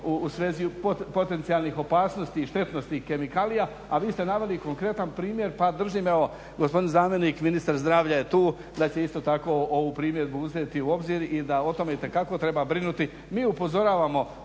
u svezi potencijalnih opasnosti i štetnosti kemikalija, a vi ste naveli konkretan primjer pa držim evo gospodin zamjenik ministra zdravlja je tu, da će isto tako ovu primjedbu uzeti u obzir i da o tome itekako treba brinuti. Mi upozoravamo